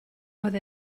doedd